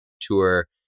tour